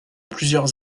plusieurs